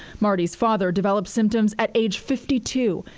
marty's father developed symptoms at a fifty two.